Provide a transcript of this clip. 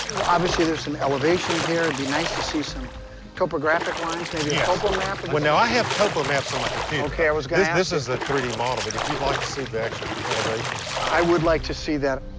obviously, there's some elevation here. it'd and be nice to see some topographic lines, maybe a topo map. well, now, i have topo maps on my computer. okay, i was gonna ask this is a three d model, but if you'd like to see the actual elevations. i would like to see that.